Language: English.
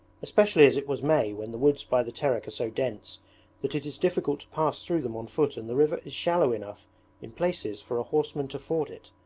especially as it was may when the woods by the terek are so dense that it is difficult to pass through them on foot and the river is shallow enough in places for a horseman to ford it,